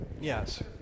Yes